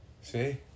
See